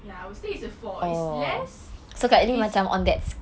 ya I would say it's a four it's less it's